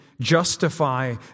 Justify